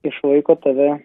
išlaiko tave